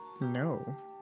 No